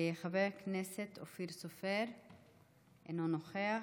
חבר הכנסת אופיר סופר, אינו נוכח.